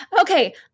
Okay